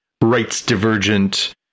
rights-divergent